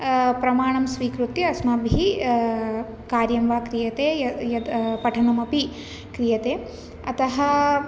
प्रमाणं स्वीकृत्य अस्माभिः कार्यं वा क्रियते य यत् पठनमपि क्रियते अतः